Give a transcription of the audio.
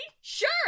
Sure